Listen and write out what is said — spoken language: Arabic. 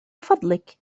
فضلك